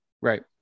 right